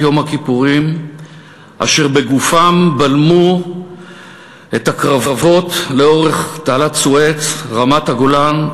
יום הכיפורים אשר בגופם בלמו את הקרבות לאורך תעלת סואץ ורמת-הגולן,